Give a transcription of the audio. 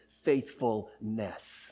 faithfulness